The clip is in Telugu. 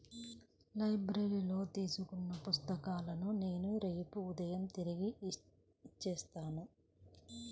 లైబ్రరీలో తీసుకున్న పుస్తకాలను నేను రేపు ఉదయం తిరిగి ఇచ్చేత్తాను